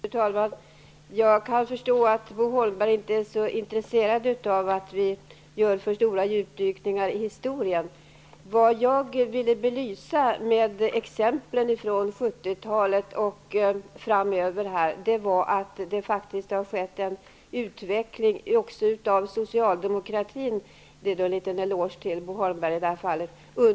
Fru talman! Jag kan förstå att Bo Holmberg inte är så intresserad av att vi gör djupdykningar i historien. Vad jag ville belysa med exemplen från 70-talet och framöver var att det faktiskt har skett en utveckling också inom socialdemokratin. Det är då en liten eloge till Bo Holmberg i det här fallet.